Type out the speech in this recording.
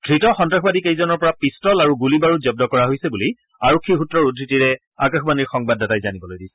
ধৃত সন্তাসবাদী কেইজনৰ পৰা পিষ্টল আৰু গুলী বাৰুদ জন্দ কৰা হৈছে বুলি আৰক্ষী সূত্ৰৰ উদ্ধৃতিৰে আকাশবাণীৰ সংবাদদাতাই জানিবলৈ দিছে